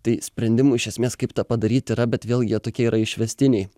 tai sprendimų iš esmės kaip tą padaryt yra bet vėlgi jie tokie yra išvestiniai